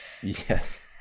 yes